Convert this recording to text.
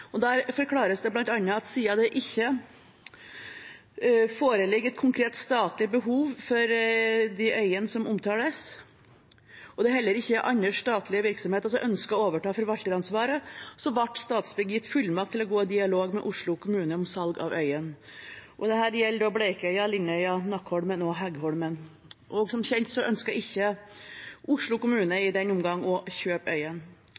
og der forklares det bl.a. at siden det ikke foreligger et konkret statlig behov for de øyene som omtales, og det heller ikke er andre statlige virksomheter som ønsker å overta forvalteransvaret, ble Statsbygg gitt fullmakt til å gå i dialog med Oslo kommune om salg av øyene. Dette gjelder da Bleikøya, Lindøya, Nakholmen og Heggholmen. Som kjent ønsker ikke Oslo kommune i denne omgang å kjøpe